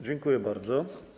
Dziękuję bardzo.